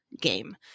game